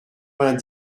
vingt